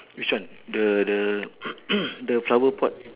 which one the the the flower pot